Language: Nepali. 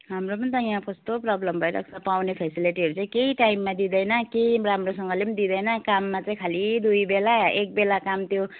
हाम्रो पनि त यहाँ कस्तो प्रबल्म भइरहेको छ पाउने फेसिलिटीहरू चाहिँ केही टाइममा दिँदैन केही राम्रोसँगले पनि दिँदैन काममा चाहिँ खालि दुई बेला एक बेला काम त्यो